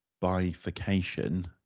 bifurcation